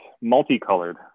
multicolored